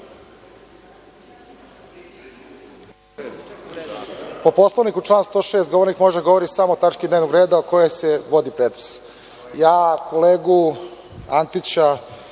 Po Poslovniku, član 106. govornik može da govori samo o tački dnevnog reda o kojoj se vodi pretres. Ja sam kolegu Antića